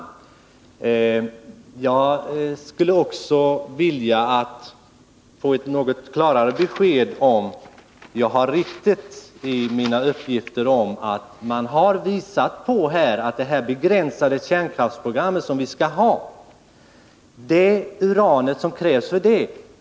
Men jag skulle vilja få ett något klarare besked om huruvida min uppgift att det uran som krävs för vårt begränsade kärnkraftsprogram kan fås utomlands är riktig.